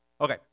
Okay